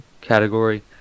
category